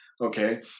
okay